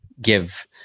give